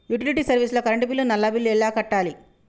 Utility service లో current bill, నల్లా bill ఎలా కట్టాలి?